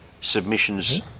submissions